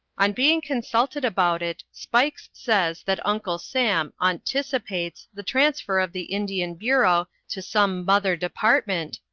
on being consulted about it spikes says that uncle sam aunticipates the transfer of the indian bureau to some mother department,